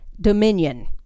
dominion